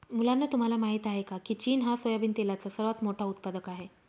मुलांनो तुम्हाला माहित आहे का, की चीन हा सोयाबिन तेलाचा सर्वात मोठा उत्पादक आहे